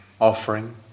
offering